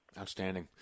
Outstanding